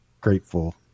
grateful